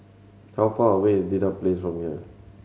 how far away is Dedap Place from here